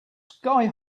sky